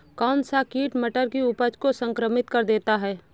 कौन सा कीट मटर की उपज को संक्रमित कर देता है?